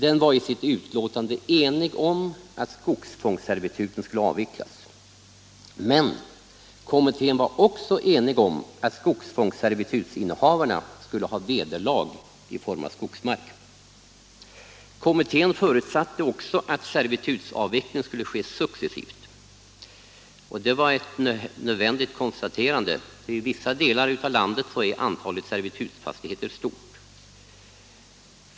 Den var i sitt utlåtande enig om att skogsfångsservituten skulle avvecklas. Men kommittén var också enig om att skogsfångsservitutsinnehavarna skulle ha vederlag i form av skogsmark. Kommittén förutsatte också att servitutsavvecklingen skulle ske successivt. Det var ett nödvändigt konstaterande, ty i vissa delar av landet är antalet servitutsfastigheter stort.